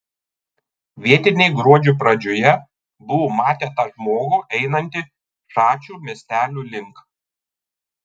vietiniai gruodžio pradžioje buvo matę tą žmogų einantį šačių miestelio link